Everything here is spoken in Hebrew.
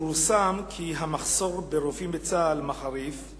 פורסם כי המחסור ברופאים בצה"ל מחריף.